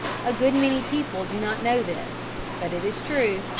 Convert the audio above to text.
a good many people do not know this, but it is true.